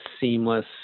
seamless